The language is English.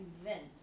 event